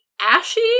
ashy